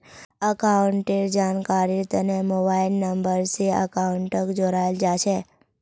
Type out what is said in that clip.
अकाउंटेर जानकारीर तने मोबाइल नम्बर स अकाउंटक जोडाल जा छेक